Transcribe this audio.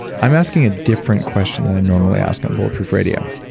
i'm asking a different question than i normally ask on bulletproof radio.